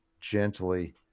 gently